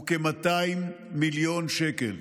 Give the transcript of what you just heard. הוא כ-200 מיליון שקלים.